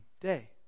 day